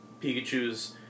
Pikachu's